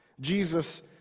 Jesus